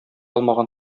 алмаган